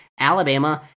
Alabama